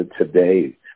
today